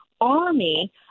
army